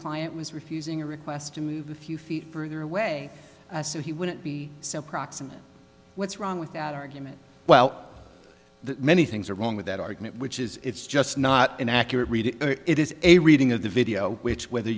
client was refusing a request to move a few feet further away so he wouldn't be so proximate what's wrong with that argument well the many things are wrong with that argument which is it's just not an accurate reading it is a reading of the video which whether